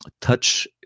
touch